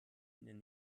ihnen